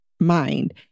mind